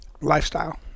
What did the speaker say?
lifestyle